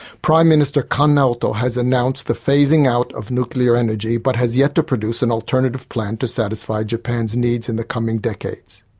prime minister kan naoto has announced the phasing out of nuclear energy, but has yet to produce an alternative plan to satisfy japan's needs in the coming decades.